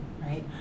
right